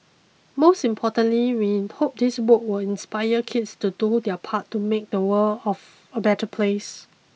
most importantly we hope this book will inspire kids to do their part to make the world of a better place